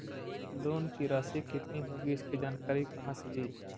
Loan की रासि कितनी होगी इसकी जानकारी कहा से ली?